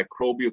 microbial